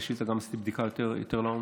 את השאילתה גם עשיתי בדיקה יותר לעומק.